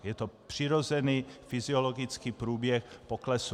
Je to přirozený fyziologický průběh poklesu.